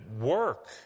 work